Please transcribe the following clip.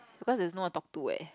because you no one to talk to eh